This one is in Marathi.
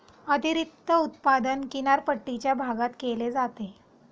अतिरिक्त उत्पादन किनारपट्टीच्या भागात केले जाते